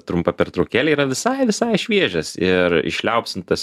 trumpą pertraukėlę yra visai visai šviežias ir išliaupsintas